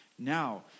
Now